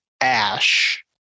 Ash